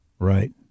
Right